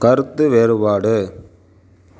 கருத்து வேறுபாடு